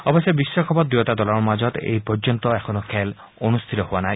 অৰশ্যে বিখকাপত দুয়োটা দলৰ মাজত এই পৰ্যন্ত এখনো অনুষ্ঠিত হোৱা নাই